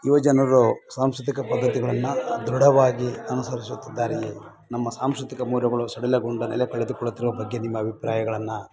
ಯುವ ಜನರು ಸಾಂಸ್ಕೃತಿಕ ಪದ್ಧತಿಗಳನ್ನು ದೃಢವಾಗಿ ಅನುಸರಿಸುತ್ತಿದ್ದಾರೆಯೇ ನಮ್ಮ ಸಾಂಸ್ಕೃತಿಕ ಮೂಲಗಳು ಸಡಿಲಗೊಂಡ ನೆಲೆ ಕಳೆದುಕೊಳ್ಳುತ್ತಿರುವ ಬಗ್ಗೆ ನಿಮ್ಮ ಅಭಿಪ್ರಾಯಗಳನ್ನ